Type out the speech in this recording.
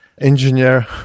engineer